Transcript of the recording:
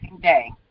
day